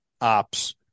Ops